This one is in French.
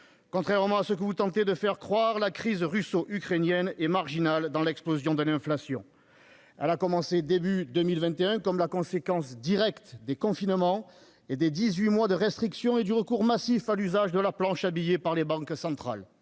Contrairement à ce que vous tentez de nous faire croire, la cause russo-ukrainienne est marginale dans l'explosion de l'inflation. Celle-ci a commencé début 2021, comme la conséquence directe des confinements, avec les dix-huit mois de restrictions et le recours massif à l'usage de la planche à billets par les banques centrales.